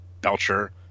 Belcher